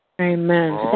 Amen